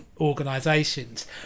organisations